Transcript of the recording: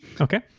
Okay